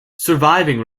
surviving